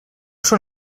són